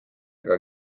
ega